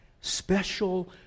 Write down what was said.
special